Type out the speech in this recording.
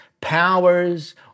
powers